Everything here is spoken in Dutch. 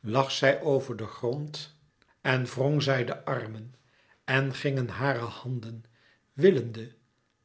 lag zij over den grond en wrong zij de armen en gingen hare handen willende